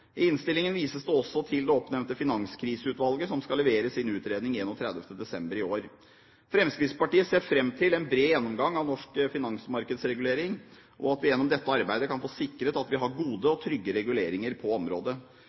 I innstillingen vises det også til det oppnevnte Finanskriseutvalget, som skal levere sin utredning 31. desember i år. Fremskrittspartiet ser fram til en bred gjennomgang av den norske finansmarkedsreguleringen, og at vi gjennom dette arbeidet kan få sikret gode og trygge reguleringer på området.